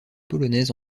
polonaise